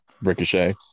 Ricochet